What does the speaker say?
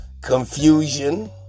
confusion